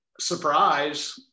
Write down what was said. surprise